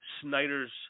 Snyder's